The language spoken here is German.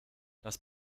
das